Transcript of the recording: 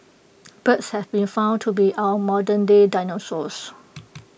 birds have been found to be our modernday dinosaurs